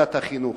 לוועדת החינוך.